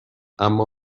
اما